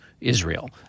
israel